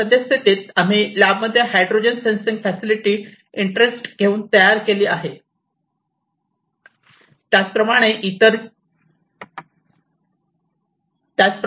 सद्यस्थितीत आम्ही लॅब मध्ये हायड्रोजन सेन्सिंग फॅसिलिटी इंटरेस्ट घेऊन तयार केली आहे